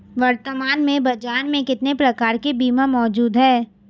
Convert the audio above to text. वर्तमान में बाज़ार में कितने प्रकार के बीमा मौजूद हैं?